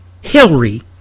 Hillary